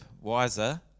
wiser